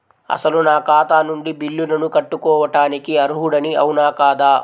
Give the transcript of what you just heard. అసలు నా ఖాతా నుండి బిల్లులను కట్టుకోవటానికి అర్హుడని అవునా కాదా?